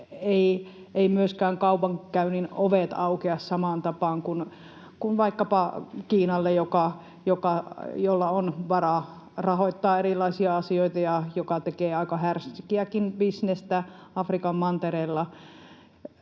myöskään kaupankäynnin ovet aukea samaan tapaan kuin vaikkapa Kiinalle, jolla on varaa rahoittaa erilaisia asioita ja joka tekee aika härskiäkin bisnestä Afrikan mantereella.